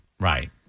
Right